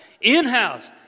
in-house